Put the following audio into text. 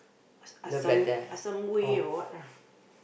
or what lah